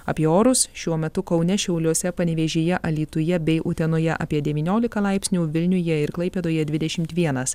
apie orus šiuo metu kaune šiauliuose panevėžyje alytuje bei utenoje apie devyniolika laipsnių vilniuje ir klaipėdoje dvidešimt vienas